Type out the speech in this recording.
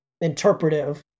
interpretive